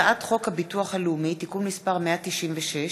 הצעת חוק הביטוח הלאומי (תיקון מס' 196)